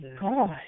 God